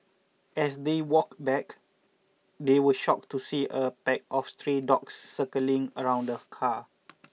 as they walked back they were shocked to see a pack of stray dogs circling around the car